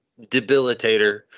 debilitator